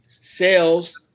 Sales –